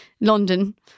London